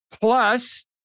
plus